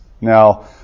Now